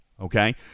Okay